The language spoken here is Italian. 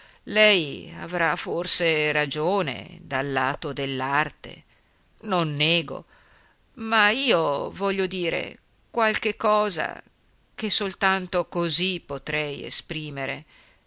lei avrà forse ragione dal lato dell'arte non nego ma io voglio dire qualche cosa che soltanto così potrei esprimere